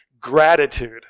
gratitude